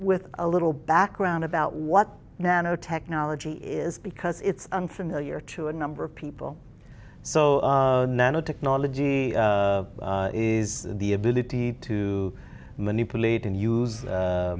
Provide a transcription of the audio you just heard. with a little background about what nanotechnology is because it's unfamiliar to a number of people so nanotechnology is the ability to manipulate and use